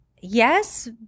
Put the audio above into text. Yes